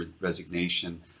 resignation